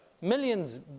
Millions